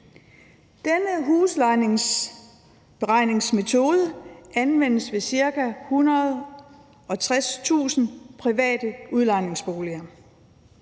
Denne huslejeberegningsmetode anvendes i ca. 160.000 private udlejningsboliger.